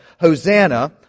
Hosanna